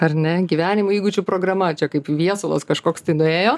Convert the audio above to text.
ar ne gyvenimo įgūdžių programa čia kaip viesulas kažkoks tai nuėjo